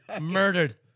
Murdered